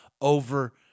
over